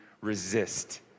resist